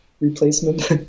replacement